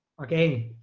okay,